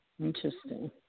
Interesting